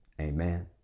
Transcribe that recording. Amen